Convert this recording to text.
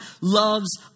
loves